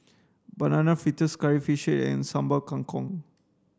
banana fritters curry fish and sambal kangkong